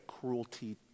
cruelty